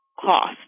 cost